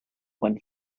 when